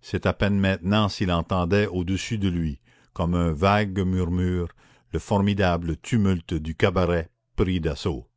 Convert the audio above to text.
c'est à peine maintenant s'il entendait au-dessus de lui comme un vague murmure le formidable tumulte du cabaret pris d'assaut